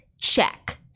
Check